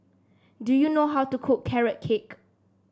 do you know how to cook Carrot Cake